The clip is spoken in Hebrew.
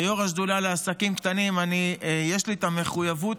כיו"ר השדולה לעסקים קטנים יש לי את המחויבות